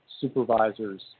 supervisors